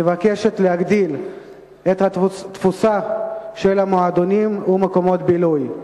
מבקשת להגדיל את התפוסה של המועדונים ומקומות הבילוי.